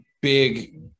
big